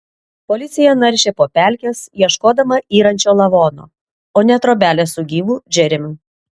policija naršė po pelkes ieškodama yrančio lavono o ne trobelės su gyvu džeremiu